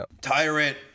Tyrant